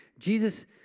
Jesus